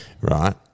Right